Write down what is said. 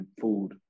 food